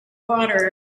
water